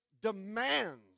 demands